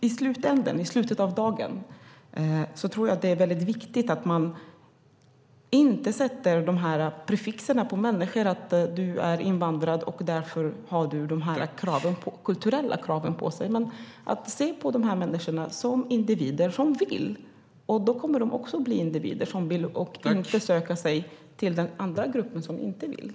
I slutet av dagen är det viktigt att man inte sätter prefix på människor att de är invandrare och därför har kulturella krav på sig. Vi ska se på dessa människor som individer som vill. Då kommer de att bli individer som vill och inte söka sig till den andra gruppen som inte vill.